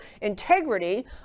integrity